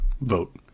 vote